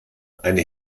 eine